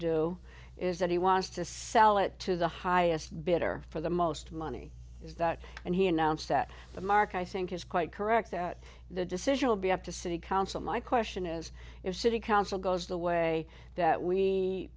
do is that he wants to sell it to the highest bidder for the most money is that and he announced at the mark i think is quite correct that the decision will be up to city council my question is your city council goes the way a that we